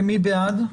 מי בעד?